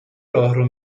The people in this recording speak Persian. راهرو